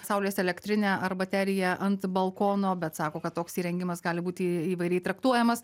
saulės elektrinę ar bateriją ant balkono bet sako kad toks įrengimas gali būti įvairiai traktuojamas